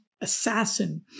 assassin